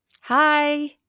Hi